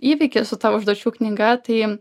įvykį su ta užduočių knyga tai